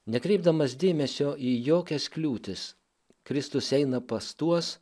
nekreipdamas dėmesio į jokias kliūtis kristus eina pas tuos